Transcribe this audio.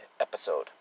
episode